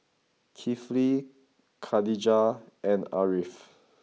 Kifli Khadija and Ariff